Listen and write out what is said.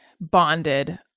bonded